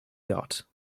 got